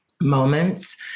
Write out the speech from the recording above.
moments